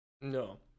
no